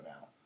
now